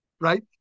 right